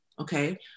okay